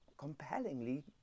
compellingly